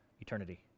eternity